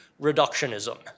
reductionism